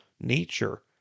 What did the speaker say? nature